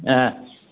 ஆ